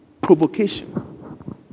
provocation